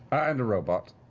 and a robot.